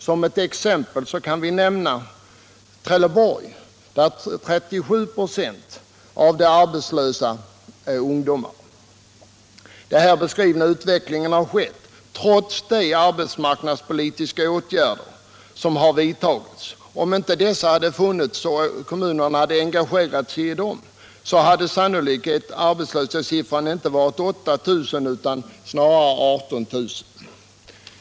Som exempel kan jag nämna Trelleborg, där 37 26 av de arbetslösa är ungdomar. Den här utvecklingen har skett trots de arbetsmarknadspolitiska åtgärder som har vidtagits. Om kommunen inte engagerat sig i dem hade arbetslöshetssiffran sannolikt inte varit 8000 utan snarare 18 000.